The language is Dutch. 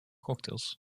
cocktails